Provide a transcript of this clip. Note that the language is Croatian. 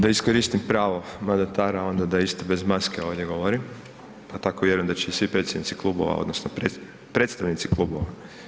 Da iskoristim pravo mandatara onda da isto bez maske ovdje govorim pa tako vjerujem da će svi predsjednici klubova odnosno predstavnici klubova.